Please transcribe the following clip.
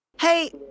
Hey